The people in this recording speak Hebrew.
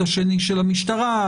השני של המשטרה,